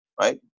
right